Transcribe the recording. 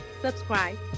subscribe